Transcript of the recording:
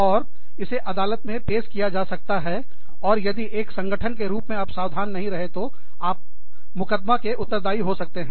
और इसे अदालत में पेश किया जा सकता है और यदि एक संगठन के रूप में आप सावधान नहीं रहे तो आप मुकदमा के उत्तरदायी हो सकते हैं